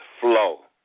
flow